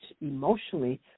emotionally